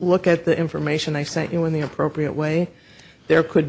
look at the information i sent you in the appropriate way there could